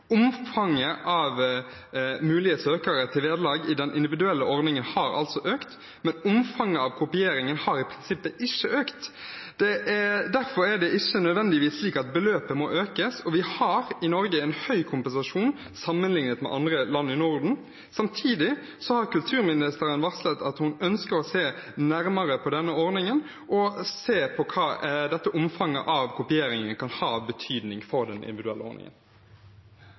Omfanget av mulige søkere til vederlag i den individuelle ordningen har altså økt, men omfanget av kopieringen har i prinsippet ikke økt. Derfor er det ikke nødvendigvis slik at beløpet må økes, og vi har i Norge en høy kompensasjon sammenlignet med andre land i Norden. Samtidig har kulturministeren varslet at hun ønsker å se nærmere på ordningen og hva omfanget av kopiering kan ha av betydning for den individuelle ordningen.